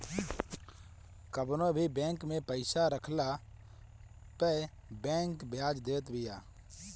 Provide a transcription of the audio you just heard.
कवनो भी बैंक में पईसा रखला पअ बैंक बियाज देत बिया